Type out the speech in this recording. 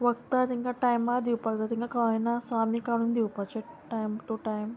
वखदां तांकां टायमार दिवपाक जाय तांकां कळना स्वामी काडून दिवपाचें टायम टू टायम